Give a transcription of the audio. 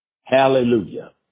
Hallelujah